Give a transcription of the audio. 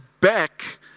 back